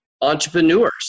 entrepreneurs